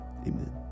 Amen